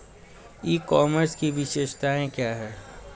ई commerce की विशेषताएं क्या हैं?